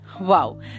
Wow